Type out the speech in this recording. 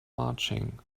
marching